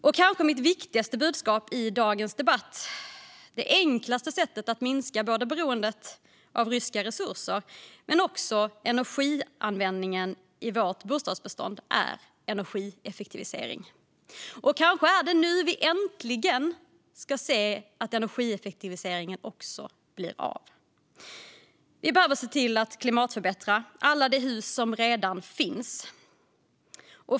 Mitt kanske viktigaste budskap i denna debatt är att det enklaste sättet att minska beroendet av ryska resurser men också energianvändningen i vårt bostadsbestånd är energieffektivisering. Kanske är det nu som vi äntligen ska få se att energieffektiviseringen blir av. Vi behöver se till att klimatförbättra alla de hus som redan finns.